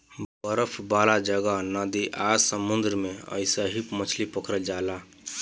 बरफ वाला जगह, नदी आ समुंद्र में अइसही मछली पकड़ल जाला